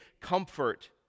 comfort